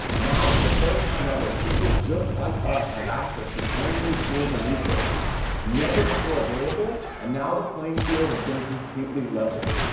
now, for the first time ever, people just like us have access to brand new tools and resources never before available and now the playing field has been completely leveled.